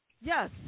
Yes